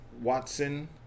Watson